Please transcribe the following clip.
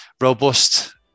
robust